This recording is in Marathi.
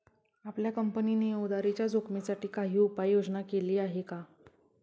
आपल्या कंपनीने उधारीच्या जोखिमीसाठी काही उपाययोजना केली आहे का?